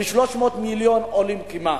1.3 מיליון עולים כמעט.